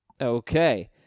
Okay